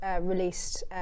released